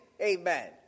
amen